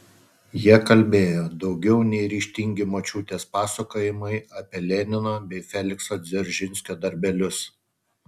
jie kalbėjo daugiau nei ryžtingi močiutės pasakojimai apie lenino bei felikso dzeržinskio darbelius